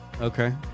Okay